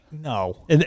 no